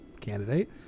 candidate